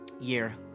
year